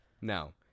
Now